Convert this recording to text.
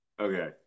okay